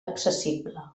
accessible